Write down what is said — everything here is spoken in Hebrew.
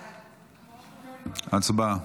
הצבעה.